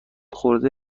خورده